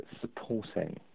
supporting